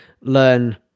learn